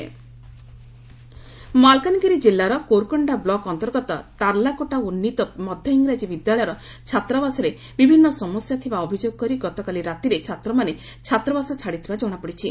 ଛାତ୍ର ଛାଡିଲେ ଛାତ୍ରାବାସ ମାଲକାନଗିରି କିଲ୍ଲାର କୋରୁକୋଶ୍ଡା ବ୍ଲକ ଅନ୍ତର୍ଗତ ତାର୍ଲାକୋଟା ଉନ୍ଦୀତ ମଧ ଇଂରାଜୀ ବିଦ୍ୟାଳୟର ଛାତ୍ରାବାସରେ ବିଭିନ୍ ସମସ୍ୟା ଥିବା ଅଭିଯୋଗ କରି ଗତକାଲି ରାତ୍ରିରେ ଛାତ୍ରମାନେ ଛାତ୍ରାବାସ ଛାଡ଼ିଥିବା ଜଣାପଡ଼ିଛି